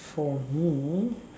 for me